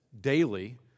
daily